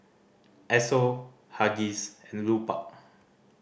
Esso Huggies and Lupark